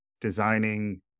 designing